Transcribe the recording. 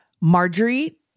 Marjorie